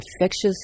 infectious